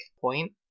point